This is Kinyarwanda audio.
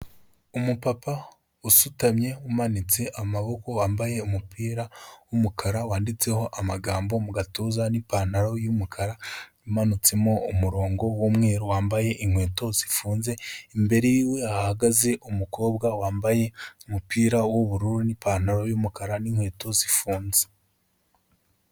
Umupapa usutamye umanitse amaboko, wambaye umupira w'umukara wanditseho amagambo mu gatuza, n'ipantaro y'umukara, amatsemo umurongo w'umweru wambaye inkweto zifunze, imbere yiwe hahagaze umukobwa wambaye umupira w'ubururu, n'ipantaro y'umukara, n'inkweto zifunze.